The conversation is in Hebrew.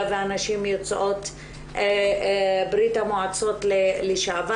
ונשים יוצאות ברית המועצות לשעבר,